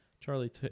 charlie